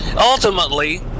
ultimately